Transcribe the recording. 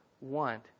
want